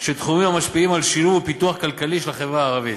של תחומים המשפיעים על שילוב ופיתוח כלכלי של החברה הערבית.